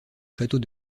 château